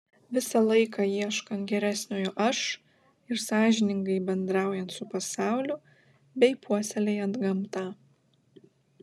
visą laiką ieškant geresniojo aš ir sąžiningai bendraujant su pasauliu bei puoselėjant gamtą